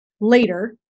later